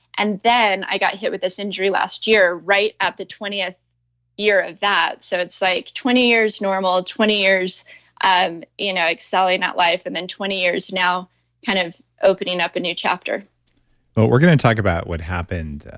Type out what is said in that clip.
and then i got hit with this injury last year, right at the twentieth year of that. so it's like twenty years normal, twenty years um you know excelling at life, and then twenty years now kind of opening up a new chapter but we're going to talk about what happened,